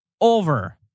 over